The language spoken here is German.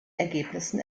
ergebnissen